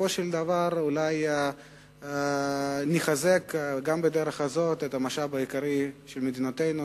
ובסופו של דבר אולי נחזק גם בדרך הזו את המשאב העיקרי של מדינתנו,